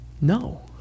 No